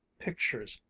pictures,